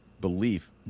belief